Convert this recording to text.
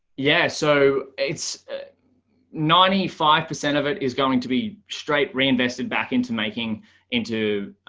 yeah, so it's ninety five percent of it is going to be straight reinvested back into making into